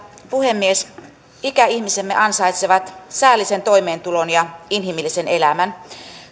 puhemies ikäihmisemme ansaitsevat säällisen toimeentulon ja inhimillisen elämän